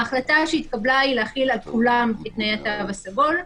ההחלטה שהתקבלה היא להחיל על כולם את תנאי התו הסגול,